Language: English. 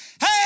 Hey